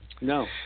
No